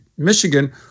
michigan